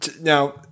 now